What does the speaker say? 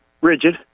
Rigid